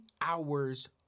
hours